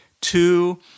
two